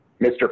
Mr